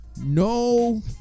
no